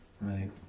Right